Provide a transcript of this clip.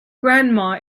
grandma